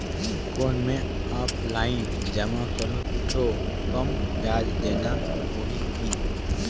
कौन मैं ऑफलाइन जमा करहूं तो कम ब्याज देना होही की?